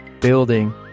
building